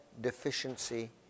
deficiency